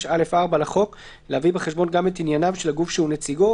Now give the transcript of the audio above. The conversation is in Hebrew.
126(א)(4) לחוק להביא בחשבון גם את ענייניו של הגוף שהוא נציגו,